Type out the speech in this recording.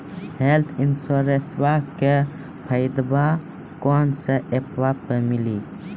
Health इंश्योरेंसबा के फायदावा कौन से ऐपवा पे मिली?